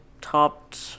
topped